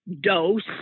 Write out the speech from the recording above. dose